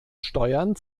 steuern